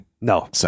No